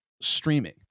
streaming